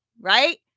Right